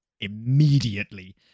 immediately